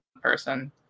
person